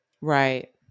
right